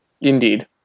Indeed